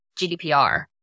GDPR